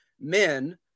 men